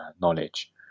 knowledge